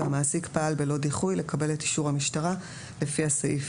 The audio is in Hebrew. והמעסיק פעל בלא דיחוי לקבל את אישור המשטרה לפי הסעיף